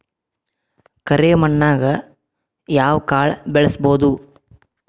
ಕರೆ ಮಣ್ಣನ್ಯಾಗ್ ಯಾವ ಕಾಳ ಬೆಳ್ಸಬೋದು?